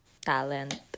talent